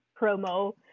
promo